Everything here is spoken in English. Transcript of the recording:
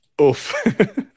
oof